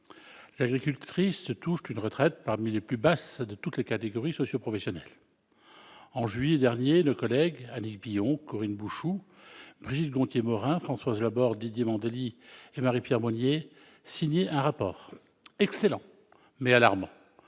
de retraite figurant parmi les plus basses de toutes les catégories socioprofessionnelles. En juillet dernier, nos collègues Annick Billon, Corinne Bouchoux, Brigitte Gonthier-Maurin, Françoise Laborde, Didier Mandelli et Marie-Pierre Monier signaient un rapport excellent, mais alarmant